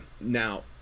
now